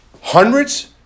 hundreds